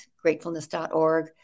gratefulness.org